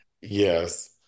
Yes